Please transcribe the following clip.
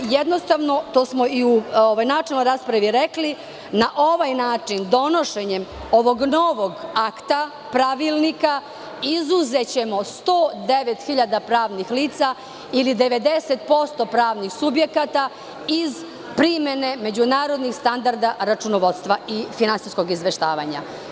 Jednostavno to smo i u načelnoj raspravi rekli, na ovaj način donošenjem ovog novog akta, pravilnika, izuzećemo 109 hiljada pravnih lica ili 90% pravnih subjekata iz primene međunarodnih standarda računovodstva i finansijskog izveštavanja.